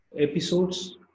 episodes